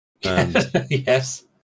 Yes